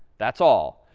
that's all.